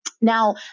Now